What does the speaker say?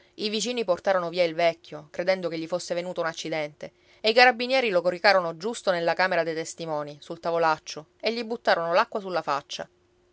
i vicini portarono via il vecchio credendo che gli fosse venuto un accidente e i carabinieri lo coricarono giusto nella camera dei testimoni sul tavolaccio e gli buttarono l'acqua sulla faccia